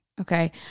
okay